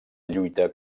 lluita